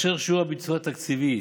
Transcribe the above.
ושיעור הביצוע התקציבי